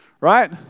right